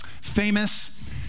famous